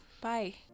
Bye